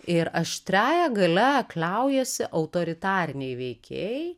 ir aštriąja galia kliaujasi autoritariniai veikėjai